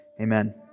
Amen